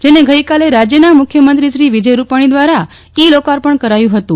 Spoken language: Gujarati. જેને ગઈકાલે રાજયના મખ્યમંત્રી શ્રી વિજય રૂપાણી દવારા ઈ લોકાર્પણ કરાયું હતું